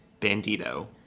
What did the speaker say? Bandito